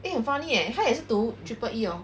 eh 很 funny eh 他也是读 triple E hor